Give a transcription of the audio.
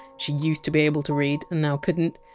she used to be able to read and now couldn!